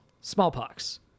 Smallpox